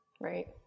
right